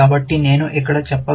కాబట్టి నేను ఇక్కడ చెప్పగలను